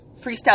freestyle